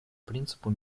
принципу